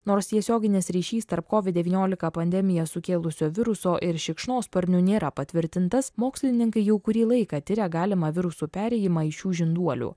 nors tiesioginis ryšys tarp covid devyniolika pandemiją sukėlusio viruso ir šikšnosparnių nėra patvirtintas mokslininkai jau kurį laiką tiria galimą virusų perėjimą iš šių žinduolių